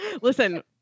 Listen